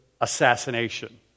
assassination